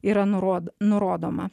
yra nurod nurodoma